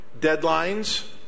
deadlines